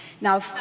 Now